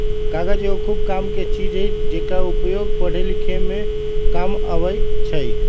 कागज एगो खूब कामके चीज हइ जेकर उपयोग पढ़े लिखे में काम अबइ छइ